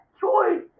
choice